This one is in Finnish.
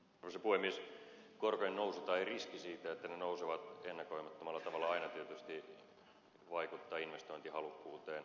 korkojen nousu tai riski siitä että ne nousevat ennakoimattomalla tavalla aina tietysti vaikuttaa investointihalukkuuteen